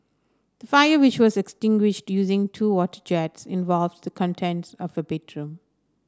the fire which was extinguished using two water jets involved the contents of a bedroom